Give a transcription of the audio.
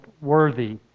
worthy